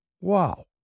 wow